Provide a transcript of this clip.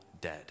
dead